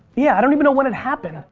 yeah, i don't even know when it happened.